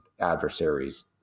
adversaries